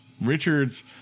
Richards